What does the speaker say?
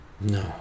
No